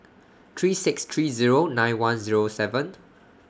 three six three Zero nine one Zero seven